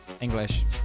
English